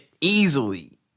easily